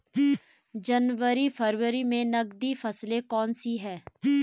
जनवरी फरवरी में नकदी फसल कौनसी है?